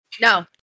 No